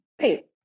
Right